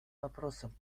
вопросом